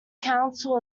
counsel